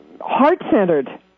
heart-centered